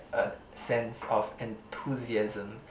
a sense of enthusiasm